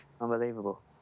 unbelievable